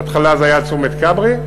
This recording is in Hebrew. בהתחלה זה היה עד צומת כברי,